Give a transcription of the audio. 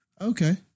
Okay